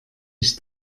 ich